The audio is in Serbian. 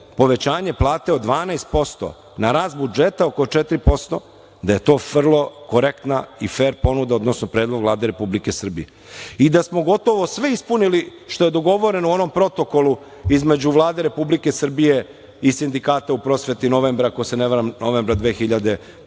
povećanje plate od 12% na rast budžeta oko 4%, da je to vrlo korektna i fer ponuda, odnosno predlog Vlade Republike Srbije i da smo gotovo sve ispunili što je dogovoreno u onom Protokolu između Vlade Republike Srbije i sindikata u prosveti, ako se ne varam, novembra 2023.